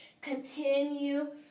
Continue